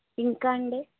ఇంకా అండి